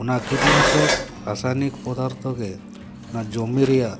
ᱚᱱᱟ ᱠᱤᱴᱱᱟᱥᱚᱠ ᱨᱟᱥᱟᱭᱚᱱᱤᱠ ᱯᱚᱫᱟᱨᱛᱷᱚ ᱜᱮ ᱚᱱᱟ ᱡᱚᱢᱤ ᱨᱮᱭᱟᱜ